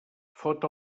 fot